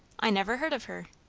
i never heard of her.